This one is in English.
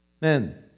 men